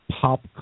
pop